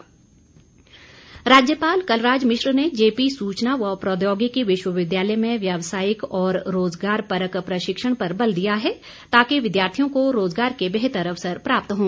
भेंट राज्यपाल कलराज मिश्र ने जेपी सूचना व प्रौद्योगिकी विश्वविद्यालय में व्यवसायिक और रोजगार परक प्रशिक्षण पर बल दिया है ताकि विद्यार्थियों को रोजगार के बेहतर अवसर प्राप्त हों